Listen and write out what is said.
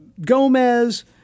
Gomez